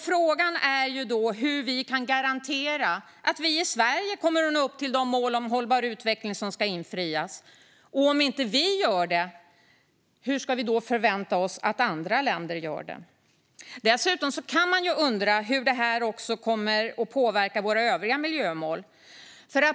Frågan är då hur vi kan garantera att vi i Sverige kommer att nå upp till de mål om hållbar utveckling som ska infrias. Och om inte vi gör det, hur ska vi då kunna förvänta oss att andra länder gör det? Dessutom kan man undra hur detta kommer att påverka våra övriga miljömål.